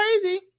crazy